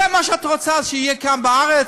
זה מה שאת רוצה שיהיה כאן בארץ?